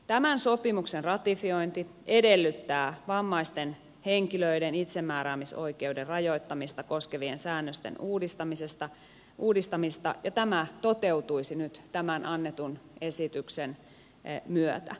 tämän sopimuksen ratifiointi edellyttää vammaisten henkilöiden itsemääräämisoikeuden rajoittamista koskevien säännösten uudistamista ja tämä toteutuisi nyt tämän annetun esityksen myötä